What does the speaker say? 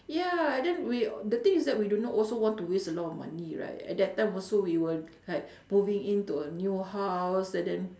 ya and then we the thing is that we do not also want to waste a lot of money right at that time also we were also like moving into a new house and then